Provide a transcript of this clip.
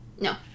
No